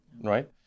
right